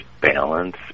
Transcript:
balance